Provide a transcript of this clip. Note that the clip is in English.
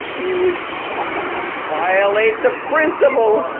you would violate the principles,